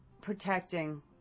protecting